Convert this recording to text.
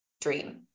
dream